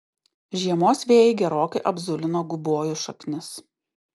žiemos vėjai gerokai apzulino gubojų šaknis